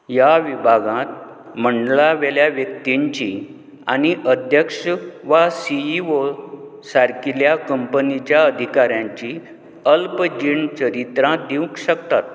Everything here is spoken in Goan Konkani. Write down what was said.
ह्या विभागांत मंडळांवेल्या व्यक्तींची आनी अध्यक्ष वा सीईओ सारकिल्या कंपनीच्या अधिकाऱ्यांची अल्प जीण चरित्रां दिवंक शकतात